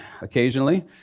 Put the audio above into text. occasionally